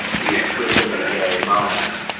the exclusively gay moments.